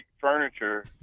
furniture